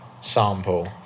sample